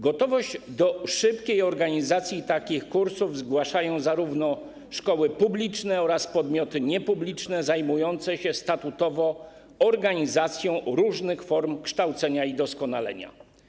Gotowość do szybkiej organizacji takich kursów zgłaszają zarówno szkoły publiczne, jak i podmioty niepubliczne zajmujące się statutowo organizacją różnych form kształcenia i doskonalenia.